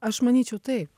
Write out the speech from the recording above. aš manyčiau taip